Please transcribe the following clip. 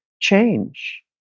change